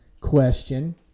question